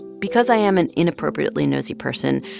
because i am an inappropriately nosy person,